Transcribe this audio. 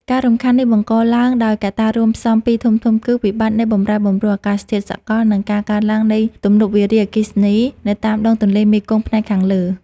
ការរំខាននេះបង្កឡើងដោយកត្តារួមផ្សំពីរធំៗ គឺវិបត្តិនៃបម្រែបម្រួលអាកាសធាតុសកល និងការកើនឡើងនៃទំនប់វារីអគ្គិសនីនៅតាមដងទន្លេមេគង្គផ្នែកខាងលើ។